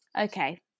okay